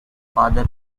father